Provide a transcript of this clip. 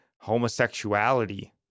homosexuality